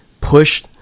Push